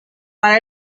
para